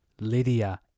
Lydia